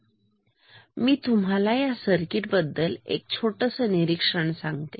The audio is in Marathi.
आता मी तुम्हाला या सर्किट बद्दल एक छोटसं निरीक्षण सांगतो